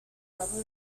rubber